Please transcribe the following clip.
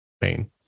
pain